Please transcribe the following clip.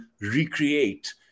recreate